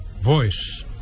voice